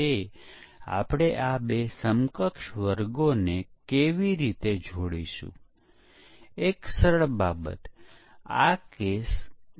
જેમાં તે દર્શાવશે કે કઈ શરતો માટે પ્રોગ્રામ નિષ્ફળ થયો